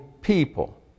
people